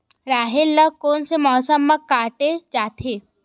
राहेर ल कोन से मौसम म काटे जाथे?